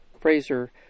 Fraser